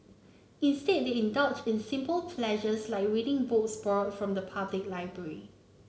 instead they indulge in simple pleasures like reading books borrowed from the public library